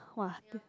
!wah!